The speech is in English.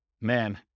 man